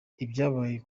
ibyabaye